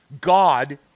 God